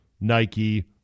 Nike